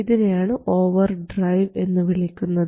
ഇതിനെയാണ് overdrive എന്ന് വിളിക്കുന്നത്